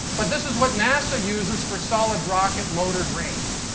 but this is what nasa uses for solid rocket motor grains.